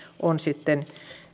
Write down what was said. on sitten